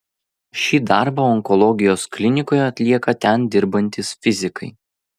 šį darbą onkologijos klinikoje atlieka ten dirbantys fizikai